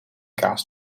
kaas